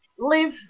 Live